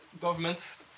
governments